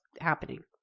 happening